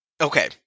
Okay